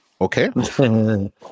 Okay